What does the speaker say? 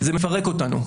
זה מפרק אותנו,